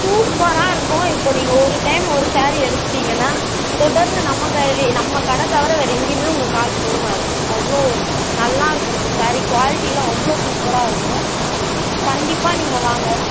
சூப்பராக இருக்கும் இப்போ நீங்கள் ஒரு டைம் ஒரு சேரீ எடுத்துட்டீங்கன்னால் தொடர்ந்து நம்ம க நம்ம கடை தவிர வேறு எங்கேயுமே உங்கள் கால் போகாது அவ்வளோ நல்லாயிருக்கும் நம்ம சேரீ குவாலிட்டியெல்லாம் அவ்வளோ சூப்பராக இருக்கும் கண்டிப்பாக நீங்கள் வாங்க